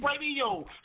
Radio